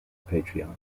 patriarch